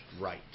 right